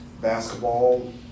basketball